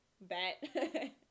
bet